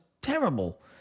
terrible